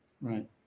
Right